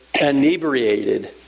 inebriated